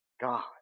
God